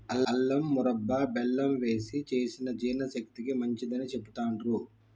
అల్లం మురబ్భ బెల్లం వేశి చేసిన జీర్ణశక్తికి మంచిదని చెబుతాండ్రు